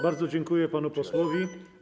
Bardzo dziękuję panu posłowi.